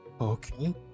Okay